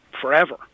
forever